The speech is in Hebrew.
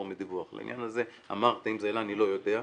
לעניין הזה אני לא יודע.